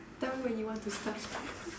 tell me when you want to start